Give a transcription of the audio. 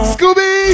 Scooby